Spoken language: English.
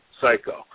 psycho